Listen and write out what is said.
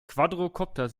quadrokopter